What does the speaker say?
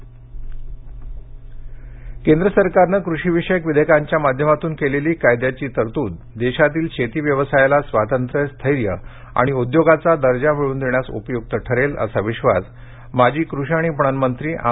विधेयकांवरील प्रतिक्रिया अहमदनगर केंद्र सरकारने कृषी विषयक विधेयकांच्या माध्यमातून केलेली कायद्याची तरतूद देशातील शेती व्यवसायाला स्वातंत्र्य स्थैर्य आणि उद्योगाचा दर्जा मिळवून देण्यास उपयुक्त ठरेल असा विश्वास माजी कृषी आणि पणन मंत्री आ